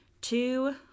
two